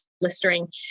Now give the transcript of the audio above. blistering